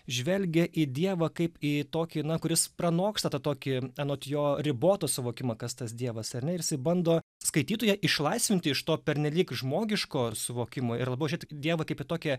žvelgia į dievą kaip į tokį kuris pranoksta tą tokį anot jo ribotą suvokimą kas tas dievas ar ne ir jisai bando skaitytoją išlaisvinti iš to pernelyg žmogiško suvokimo ir labiau žiūrėti kaip dievą kaip į tokią